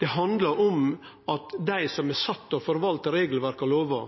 Det handlar om at dei som er sette til å forvalte regelverk og lover,